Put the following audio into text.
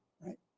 Right